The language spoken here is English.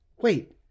wait